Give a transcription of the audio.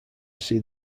see